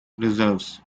reserves